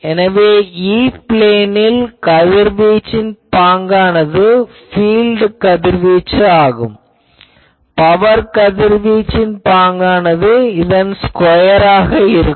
எனவே E பிளேனில் கதிர்வீச்சின் பாங்கானது பீல்ட் கதிர்வீச்சு ஆகும் பவர் கதிர்வீச்சின் பாங்கானது இதன் ஸ்கொயர் ஆக இருக்கும்